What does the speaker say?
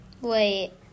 Wait